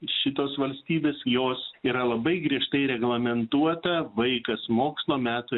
šitos valstybės jos yra labai griežtai reglamentuota vaikas mokslo metų